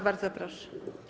Bardzo proszę.